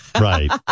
Right